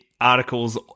articles